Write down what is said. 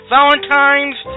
Valentine's